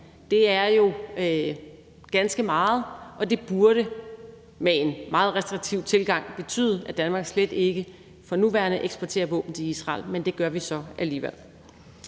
er jo ganske meget, og det burde med en meget restriktiv tilgang betyde, at Danmark slet ikke for nuværende eksporterer våben til Israel, men det gør vi så alligevel.